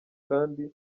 kandi